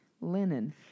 linen